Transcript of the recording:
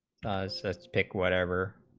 says pick whatever